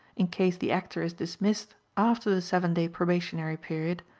in case the actor is dismissed after the seven day probationary period,